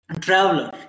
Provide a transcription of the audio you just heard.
traveler